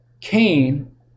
Cain